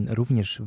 również